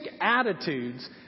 attitudes